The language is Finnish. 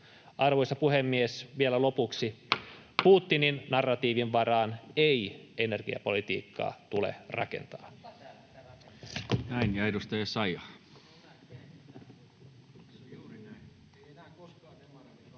lopuksi: Putinin narratiivin varaan ei energiapolitiikkaa tule rakentaa.